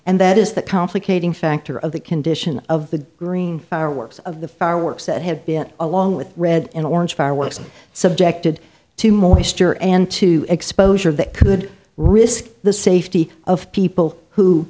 and that is that complicating factor of the condition of the green fireworks of the fireworks that have been along with red and orange fireworks subjected to more easter and to exposure that could risk the safety of people who